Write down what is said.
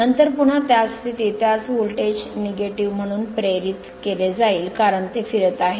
नंतर पुन्हा त्याच स्थितीत त्यास व्होल्टेज नकारात्मक म्हणून प्रेरित केले जाईल कारण ते फिरत आहे